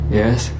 yes